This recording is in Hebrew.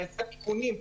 נעשים תיקונים,